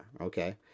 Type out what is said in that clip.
Okay